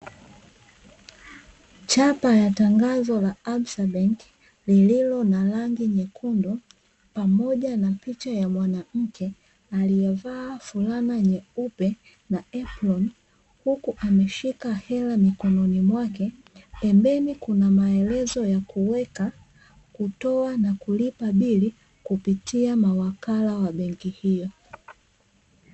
Chapa ya tangazo la "Absa bank", lililo na rangi nyekundu pamoja na picha ya mwanamke aliyevaa fulana nyeupe na aproni, huku ameshika hela mikononi mwake. Pembeni kuna maelezo ya kuweka, kutoa na kulipa bili kupitia mawakala wa benki hiyo.